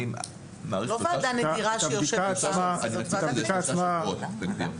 י.ש.: את הבדיקה עצמה לא לוקח הרבה זמן לבצע.